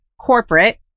corporate